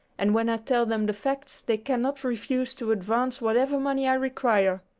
and when i tell them the facts they cannot refuse to advance whatever money i require.